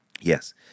Yes